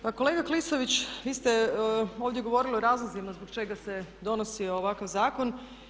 Pa kolega Klisović, vi ste ovdje govorili o razlozima zbog čega se donosi ovakav zakon.